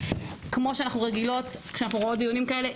כמו שאנחנו רגילות כשאנחנו רואות דיונים כאלה.